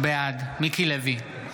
בעד מיקי לוי,